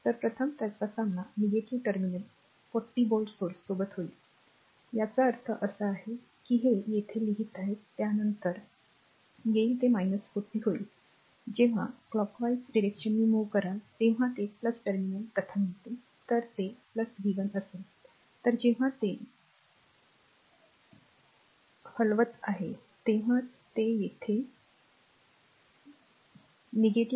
तर प्रथम त्याचा सामना terminal 40 व्होल्ट स्त्रोत सोबत होतो याचा अर्थ असा आहे की हे येथे लिहित आहे नंतर त्याकडे येईल ते 40 होईल जेव्हा clockwise फिरते तेव्हा ते टर्मिनल प्रथम येते तर ते v 1 असेल तर जेव्हा हे असे हलवत आहे तेव्हा ते येथे येत आहे